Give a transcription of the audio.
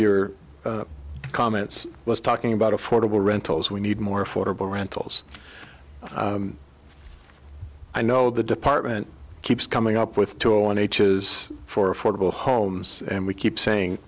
your comments was talking about affordable rentals we need more affordable rentals i know the department keeps coming up with two and h is for affordable homes and we keep saying